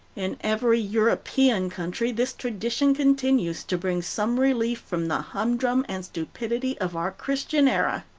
in every european country this tradition continues to bring some relief from the humdrum and stupidity of our christian era.